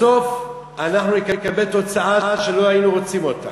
בסוף אנחנו נקבל תוצאה שלא היינו רוצים אותה.